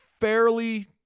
fairly